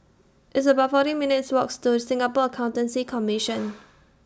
It's about forty minutes' Walk to Singapore Accountancy Commission